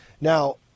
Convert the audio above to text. Now